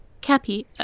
Cappy